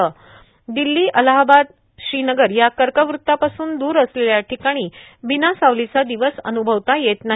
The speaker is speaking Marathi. तसंच दिल्ली अलाहाबाद श्रीनगर या कर्क वृत्तापासून दूर असलेल्या ठिकाणी बिना सावलीचा दिवस अनुभवता येत नाही